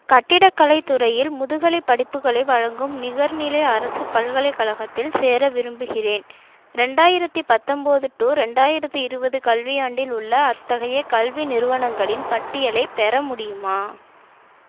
கட்டிடக்கலைத் துறையில் முதுகலைப் படிப்புகளை வழங்கும் நிகர்நிலை அரசுப் பல்கலைக்கழகத்தில் சேர விரும்புகிறேன் ரெண்டாயிரத்து பத்தொம்பது டு ரெண்டாயிரத்து இருபது கல்வியாண்டில் உள்ள அத்தகைய கல்வி நிறுவனங்களின் பட்டியலைப் பெற முடியுமா